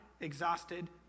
exhausted